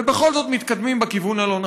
ובכל זאת מתקדמים בכיוון הלא-נכון.